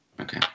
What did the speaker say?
Okay